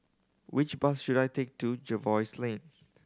which bus should I take to Jervois Lane